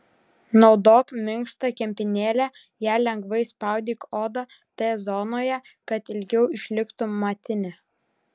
naudok minkštą kempinėlę ja lengvai spaudyk odą t zonoje kad ilgiau išliktų matinė